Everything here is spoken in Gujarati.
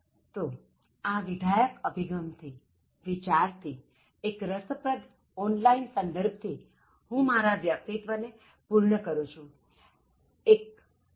તો આ વિધાયક અભિગમથી વિચાર થીએક રસપ્રદ ઓનલાઇન સંદર્ભ થી હું મારા વક્તવ્ય ને પૂર્ણ કરું એક humorproject